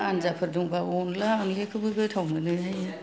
आन्जाफोर दंबा अनला अनलिखौबो गोथाव मोनोहाय